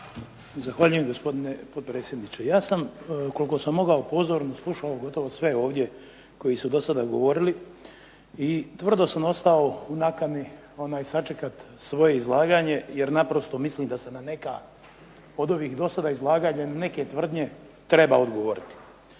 Zahvaljujem gospodine potpredsjedniče. Ja sam, koliko sam mogao pozorno slušati gotovo sve ovdje koji su do sada govorili, i tvrdo sam ostao u nakani sačekati svoje izlaganje jer naprosto mislim da se na neka od ovih do sada izlaganja neke tvrdnje treba odgovoriti.